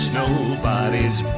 nobody's